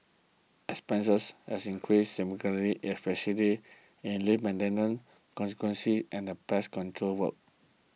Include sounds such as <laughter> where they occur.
expenses have increased significantly especially in lift <unintelligible> conservancy and pest control work